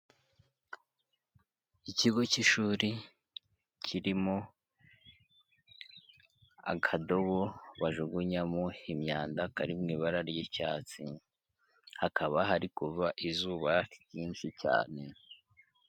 Ikigo cy'ishuri kirimo akadobo bajugunyamo imyanda kari mu ibara ry'icyatsi, hakaba hari kuva izuba ryinshi cyane.